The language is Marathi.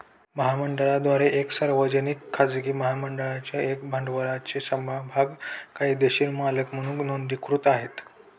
महामंडळाद्वारे एक सार्वजनिक, खाजगी महामंडळाच्या भाग भांडवलाचे समभाग कायदेशीर मालक म्हणून नोंदणीकृत आहे